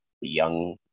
young